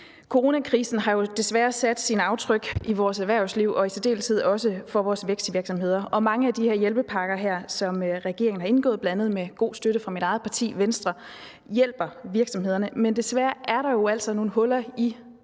Coronakrisen har jo desværre sat sine aftryk på vores erhvervsliv og i særdeleshed også på vores vækstvirksomheder. Og mange af de her hjælpepakker, som regeringen har lavet, bl.a. med god støtte fra mit eget parti, Venstre, hjælper virksomhederne. Men desværre er der jo altså nogle huller i